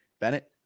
Bennett